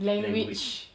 language